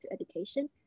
education